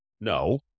No